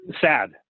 Sad